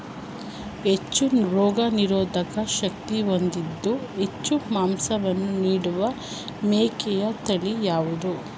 ಹೆಚ್ಚು ರೋಗನಿರೋಧಕ ಶಕ್ತಿ ಹೊಂದಿದ್ದು ಹೆಚ್ಚು ಮಾಂಸವನ್ನು ನೀಡುವ ಮೇಕೆಯ ತಳಿ ಯಾವುದು?